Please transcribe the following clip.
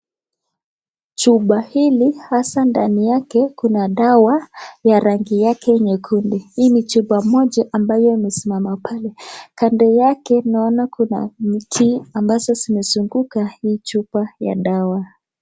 Chupa hili hasa ndani yake kuna dawa ya rangi yake nyekundu. Hii ni chupa moja ambayo imesimama pale. Kando yake naona kuna miti ambazo zimezunguka hii chupa ya dawa.